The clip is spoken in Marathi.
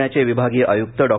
पुण्याचे विभागीय आयुक्त डॉ